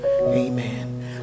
amen